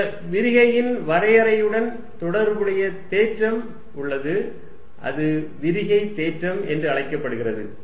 இந்த விரிகையின் வரையறையுடன் தொடர்புடைய தேற்றம் உள்ளது அது விரிகை தேற்றம் என்று அழைக்கப்படுகிறது